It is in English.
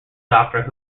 doctor